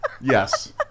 Yes